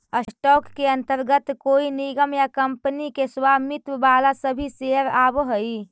stock के अंतर्गत कोई निगम या कंपनी के स्वामित्व वाला सभी शेयर आवऽ हइ